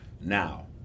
Now